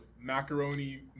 macaroni